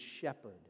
shepherd